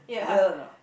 will or not